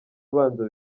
abanza